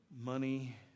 money